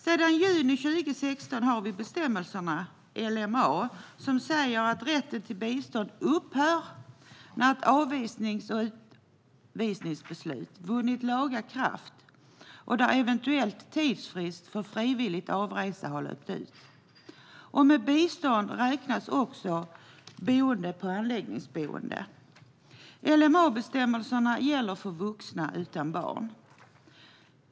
Sedan juni 2016 har vi bestämmelser i LMA som säger att rätten till bistånd upphör när ett avvisnings eller utvisningsbeslut vunnit laga kraft och en eventuell tidsfrist för frivillig avresa har löpt ut. Med bistånd räknas också boende på anläggningsboende. LMA-bestämmelserna gäller för vuxna utan barn.